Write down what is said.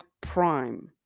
Prime